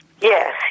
Yes